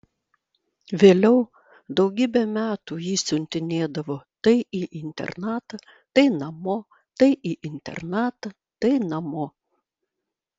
vėliau daugybę metų jį siuntinėdavo tai į internatą tai namo tai į internatą tai namo